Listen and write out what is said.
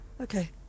Okay